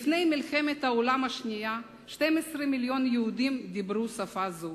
לפני מלחמת העולם השנייה 12 מיליון יהודים דיברו שפה זו,